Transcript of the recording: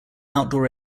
outdoor